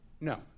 No